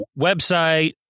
website